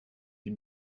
die